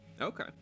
Okay